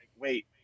wait